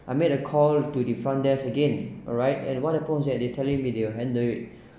I made a call to the front desk again alright and what happen was that they telling me they will handle it